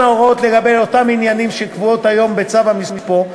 ההוראות לגבי אותם עניינים שקבועות היום בצו המספוא,